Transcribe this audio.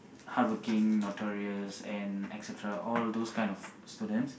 hardworking notorious and et-cetera all those kind of students